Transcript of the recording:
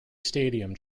stadium